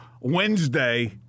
Wednesday